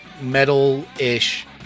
metal-ish